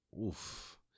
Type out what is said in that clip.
oof